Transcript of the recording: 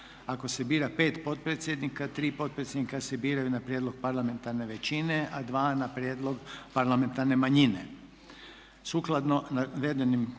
Hvala vam